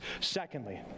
Secondly